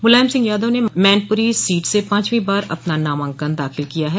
मुलायम सिंह यादव ने मैनपुरी सीट से पांचवीं बार अपना नामाकन दाखिल किया हैं